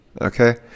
okay